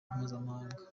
mpuzamahanga